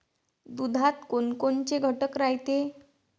दुधात कोनकोनचे घटक रायते?